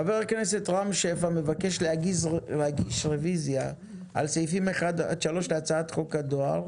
חבר הכנסת רם שפע מבקש להגיש רביזיה על סעיפים 1 3 להצעת חוק הדואר,